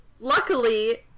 luckily